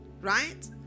right